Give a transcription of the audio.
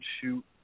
shoot